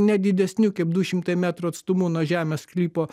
ne didesniu kaip du šimtai metrų atstumu nuo žemės sklypo